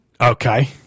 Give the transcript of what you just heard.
Okay